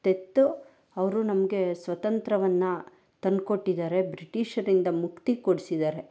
ತೆತ್ತು ಅವರು ನಮಗೆ ಸ್ವತಂತ್ರವನ್ನು ತಂದುಕೊಟ್ಟಿದ್ದಾರೆ ಬ್ರಿಟೀಷರಿಂದ ಮುಕ್ತಿ ಕೊಡಿಸಿದ್ದಾರೆ